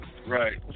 Right